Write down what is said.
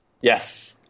Yes